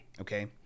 okay